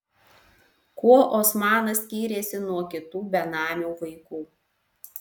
kuo osmanas skyrėsi nuo kitų benamių vaikų